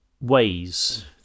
ways